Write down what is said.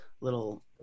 little